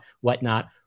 whatnot